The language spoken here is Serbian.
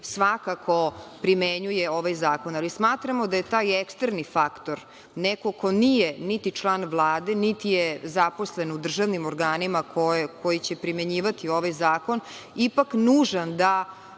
svakako primenjuje ovaj zakon, ali smatramo da je taj eksterni faktor neko ko nije niti član Vlade, niti je zaposlen u državnim organima koji će primenjivati ovaj zakon, ipak nužan da